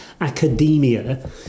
academia